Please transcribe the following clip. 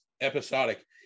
episodic